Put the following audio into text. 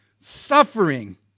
suffering